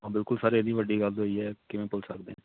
ਹਾਂ ਬਿਲਕੁਲ ਸਰ ਇੰਨੀ ਵੱਡੀ ਗੱਲ ਹੋਈ ਹੈ ਕਿਵੇਂ ਭੁੱਲ ਸਕਦੇ ਹਾਂ